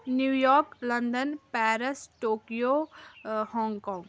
New York London Paris Tokyo Hong Kong